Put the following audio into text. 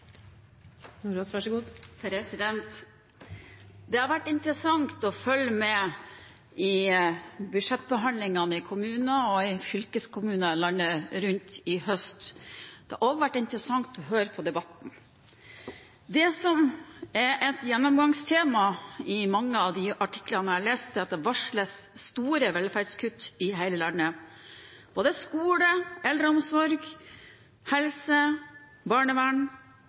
000 i så måte for Telemark. Det har vært interessant å følge med i budsjettbehandlingen i kommuner og fylkeskommuner landet rundt i høst. Det har også vært interessant å høre på debatten. Det som er et gjennomgangstema i mange av de artiklene jeg har lest, er at det varsles store velferdskutt i hele landet. Både i skole, eldreomsorg, helse, barnevern